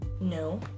No